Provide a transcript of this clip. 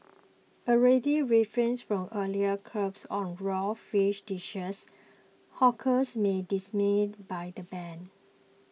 already reeling from earlier curbs on raw fish dishes hawkers may dismayed by the ban